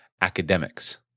academics